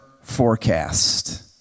forecast